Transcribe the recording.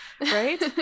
right